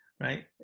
Right